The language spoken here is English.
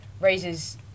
raises